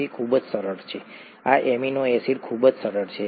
તે ખૂબ જ સરળ છે આ એમિનો એસિડ ખૂબ જ સરળ છે